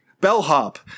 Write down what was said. Bellhop